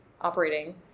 operating